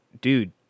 dude